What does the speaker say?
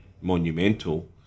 monumental